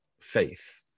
faith